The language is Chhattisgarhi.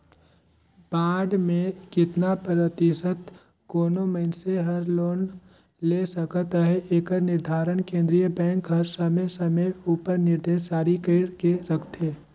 बांड में केतना परतिसत कोनो मइनसे हर लोन ले सकत अहे एकर निरधारन केन्द्रीय बेंक हर समे समे उपर निरदेस जारी कइर के रखथे